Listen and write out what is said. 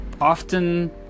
often